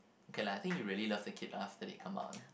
okay lah I think you really love the kid after they come out